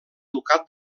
ducat